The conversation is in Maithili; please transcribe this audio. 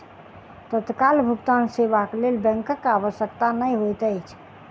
तत्काल भुगतान सेवाक लेल बैंकक आवश्यकता नै होइत अछि